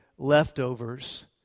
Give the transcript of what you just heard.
leftovers